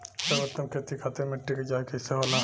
सर्वोत्तम खेती खातिर मिट्टी के जाँच कईसे होला?